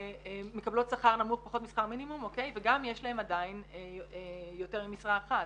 מקבלות שכר נמוך פחות משכר מינימום וגם יש להן עדיין יותר ממשרה אחת.